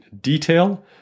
detail